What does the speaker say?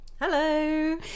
Hello